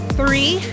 three